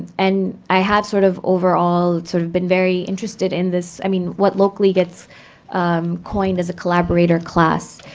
and i have, sort of overall, sort of been very interested in this i mean what locally gets coined as a collaborator class.